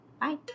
Bye